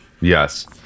yes